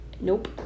nope